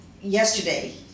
yesterday